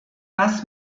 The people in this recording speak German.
das